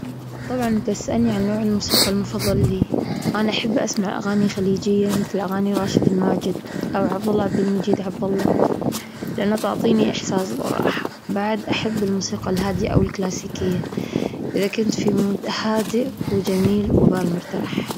طبعًا تسألني عن نوع الموسيقى المفضلة لي، أنا أحب أسمع أغاني خليجية مثل أغاني راشد الماجد أو عبد الله عبد المجيد عبد الله، لأن تعطيني إحساس بالراحة بعد أحب الموسيقى الهادية أو الكلاسيكية، إذا كنت في مود هادئ وجميل وبال مرتاح.